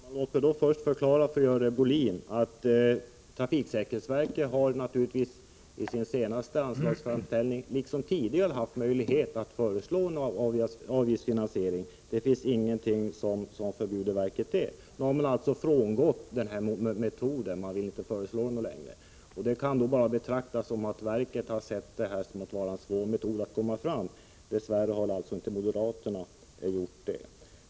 Herr talman! Låt mig först förklara för Görel Bohlin att trafiksäkerhetsverket naturligtvis i sin senaste anslagsframställning liksom tidigare har haft möjlighet att föreslå avgiftsfinansiering. Det finns ingenting som förbjuder verket att göra det. Nu har man alltså avstått från att föreslå den metoden. Det kan bara betraktas som att verket har ansett det vara en svår metod att tillämpa. Dess värre har emellertid inte moderaterna gjort det.